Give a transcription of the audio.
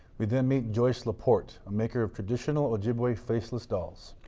we then meet joyce laporte, a maker of traditional ojibwe faceless dolls.